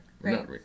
Right